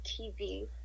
TV